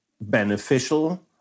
beneficial